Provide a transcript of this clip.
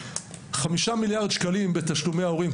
5 מיליארד שקלים בתשלומי ההורים,